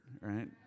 right